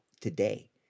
today